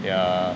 yeah